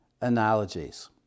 analogies